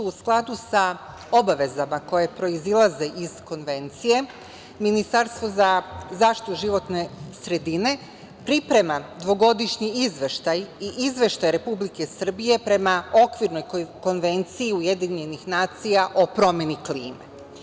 U skladu sa obavezama koje proizilaze iz konvencije Ministarstvo za zaštitu životne sredine priprema Dvogodišnji izveštaj i Izveštaj Republike Srbije prema Okvirnoj konvenciji UN o promeni klime.